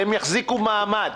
הן יחזיקו מעמד,